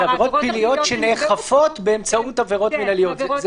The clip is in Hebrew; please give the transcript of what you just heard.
זה עבירות פליליות שנאכפות באמצעות עבירות מינהליות,